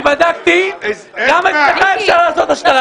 אני בדקתי גם אצלך אפשר לעשות השתלת שיער.